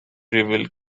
revealed